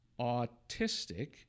Autistic